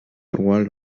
droit